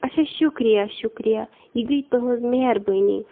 اچھا شُکریہ شُکریہ یہِ گٔے تُہٕنٛز مہربٲنی